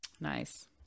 Nice